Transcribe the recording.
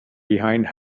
behind